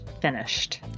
finished